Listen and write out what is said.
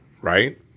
right